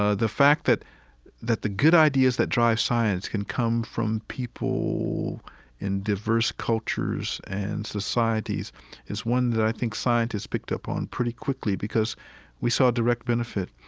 ah the fact that that the good ideas that drive science can come from people in diverse cultures and societies is one that i think scientists picked up on pretty quickly because we saw a direct benefit.